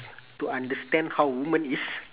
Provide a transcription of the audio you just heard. to understand how woman is